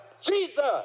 Jesus